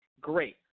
great